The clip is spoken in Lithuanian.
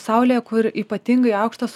saulėje kur ypatingai aukštas